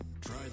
Try